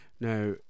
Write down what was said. Now